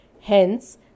Hence